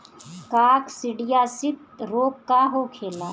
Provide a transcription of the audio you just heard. काकसिडियासित रोग का होखेला?